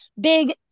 big